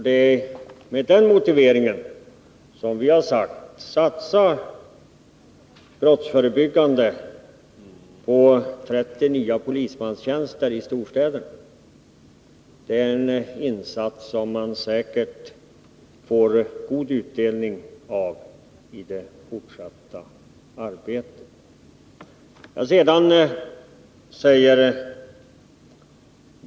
Det är med den motiveringen vi har sagt: Satsa brottsförebyggande på 30 nya polismanstjänster i storstäderna! Det är en insats som man säkert får utdelning på i det fortsatta arbetet.